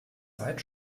zeit